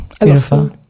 Beautiful